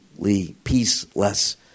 peaceless